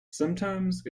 sometimes